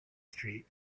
street